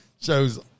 shows